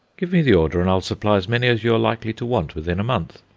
give me the order, and i'll supply as many as you are likely to want within a month.